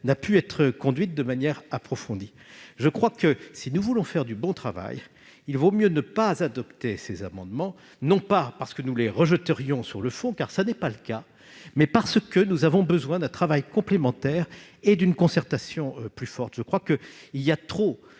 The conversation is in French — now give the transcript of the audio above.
n'a pu être conduite de manière approfondie. Si nous voulons faire du bon travail, mieux vaut ne pas adopter ces amendements, non que nous les rejetterions sur le fond, ce qui n'est pas le cas, mais parce que nous avons besoin d'un travail complémentaire et d'une concertation plus forte. Il y a ici trop